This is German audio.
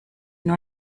nur